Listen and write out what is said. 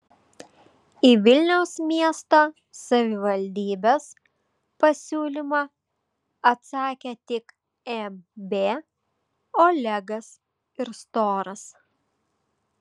į vilniaus miesto savivaldybės pasiūlymą atsakė tik mb olegas ir storas